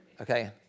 Okay